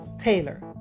Taylor